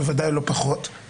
בוודאי לא פחות.